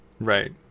right